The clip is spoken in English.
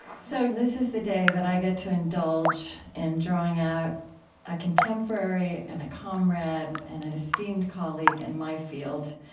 so, this is the day that i get to indulge in drawing out a contemporary, and a comrade, and an esteemed colleague in and my field.